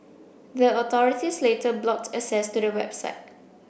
the authorities later blocked access to the website